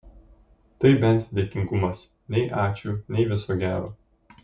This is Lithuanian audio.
tai bent dėkingumas nei ačiū nei viso gero